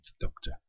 Doctor